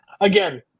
again –